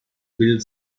build